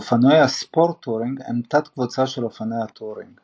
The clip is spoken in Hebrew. אופנועי ה"ספורט-טורינג" הם תת-קבוצה של אופנועי הטורינג.